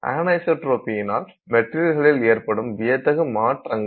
அன்ஐசோட்ரோபியினால் மெட்டீரியல்களில் ஏற்படும் வியக்கதகு மாற்றங்கள்